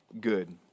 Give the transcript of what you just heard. good